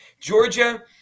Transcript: Georgia